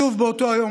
שוב באותו היום,